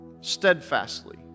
steadfastly